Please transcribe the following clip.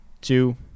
two